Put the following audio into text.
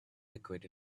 liquid